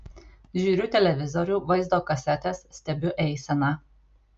žiūriu televizorių vaizdo kasetes stebiu eiseną